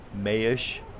May-ish